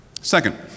Second